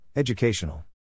Educational